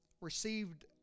received